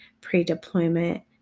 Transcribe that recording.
pre-deployment